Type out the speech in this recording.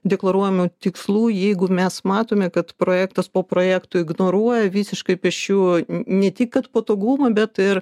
deklaruojamų tikslų jeigu mes matome kad projektas po projekto ignoruoja visiškai pėsčiųjų ne tik kad patogumą bet ir